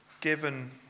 given